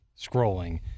scrolling